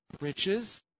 riches